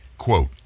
quote